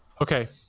Okay